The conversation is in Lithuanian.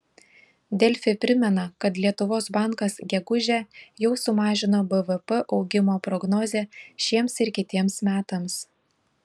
delfi primena kad lietuvos bankas gegužę jau sumažino bvp augimo prognozę šiems ir kitiems metams